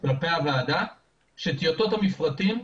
כלפי הוועדה שטיוטות המפרטים,